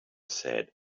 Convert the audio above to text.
said